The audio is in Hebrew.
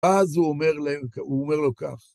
אז הוא אומר לו כך.